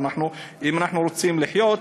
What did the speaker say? אם אנחנו רוצים לחיות,